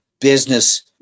business